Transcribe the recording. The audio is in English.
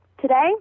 today